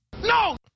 No